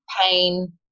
pain